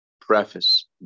preface